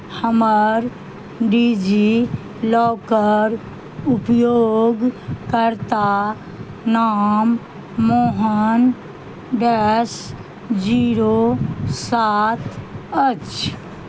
हमर डिजिलॉकर उपयोगकर्ता नाम मोहन डैश जीरो सात अछि